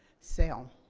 sail